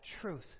truth